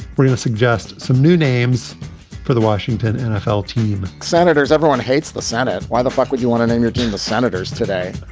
we're gonna suggest some new names for the washington nfl team senators, everyone hates the senate. why the fuck would you want to name your team of senators today?